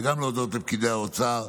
וגם להודות לפקידי האוצר,